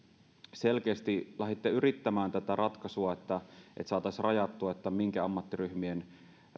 selkeästi lähditte yrittämään tätä ratkaisua että saataisiin rajattua että minkä ammattiryhmien